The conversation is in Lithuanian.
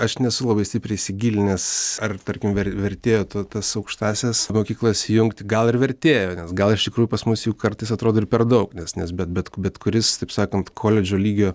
aš nesu labai stipriai įsigilinęs ar tarkim ver vertėjo ta tas aukštąsias mokyklas jungt gal ir vertėjo nes gal iš tikrųjų pas mus jų kartais atrodo ir per daug nes nes bet bet bet kuris taip sakant koledžo lygio